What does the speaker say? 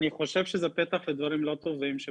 אני חושב שזה פתח לדברים לא טובים,